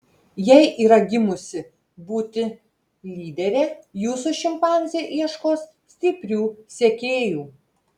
jei yra gimusi būti lydere jūsų šimpanzė ieškos stiprių sekėjų